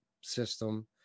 system